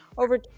Over